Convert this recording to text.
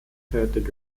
tätig